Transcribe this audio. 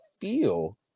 feel